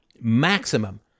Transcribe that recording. Maximum